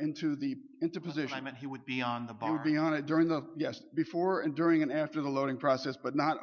into the into position that he would be on the barbie on it during the yes before and during and after the learning process but not